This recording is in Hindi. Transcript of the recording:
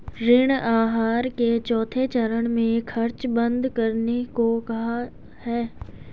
ऋण आहार के चौथे चरण में खर्च बंद करने को कहा है